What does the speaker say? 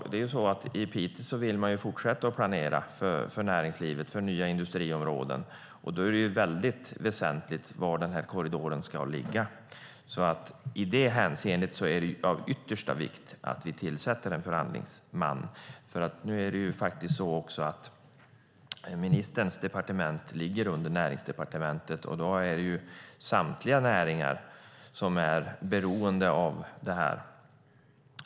I Piteå vill man nämligen fortsätta planera för näringslivet och för nya industriområden, och då är det väldigt väsentligt var denna korridor ska ligga. I det hänseendet är det alltså av yttersta vikt att vi tillsätter en förhandlingsman. Ministerns departement ligger under Näringsdepartementet, och samtliga näringar är beroende av detta.